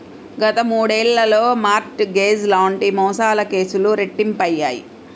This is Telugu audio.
గత మూడేళ్లలో మార్ట్ గేజ్ లాంటి మోసాల కేసులు రెట్టింపయ్యాయి